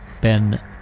Ben